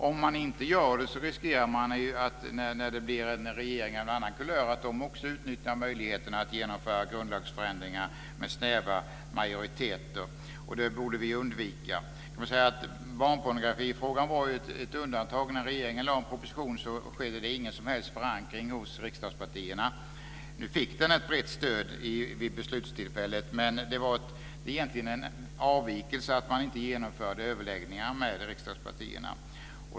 Om man inte gör det riskerar man ju, när det blir en regering av annan kulör, att denna också utnyttjar möjligheten att genomföra grundlagsförändringar med snäva majoriteter. Det borde vi undvika. Barnpornografifrågan var ju ett undantag. När regeringen lade fram en proposition om denna skedde det ingen som helst förankring hos riksdagspartierna. Nu fick den ett brett stöd vid beslutstillfället, men det var egentligen en avvikelse att man inte genomförde överläggningar med riksdagspartierna.